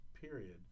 period